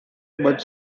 but